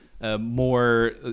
more